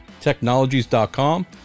Technologies.com